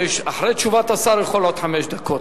ואחרי תשובת השר הוא יכול עוד חמש דקות.